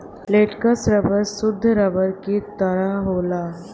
latex rubber सुद्ध rubber के तरह होला